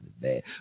bad